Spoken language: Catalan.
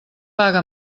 paga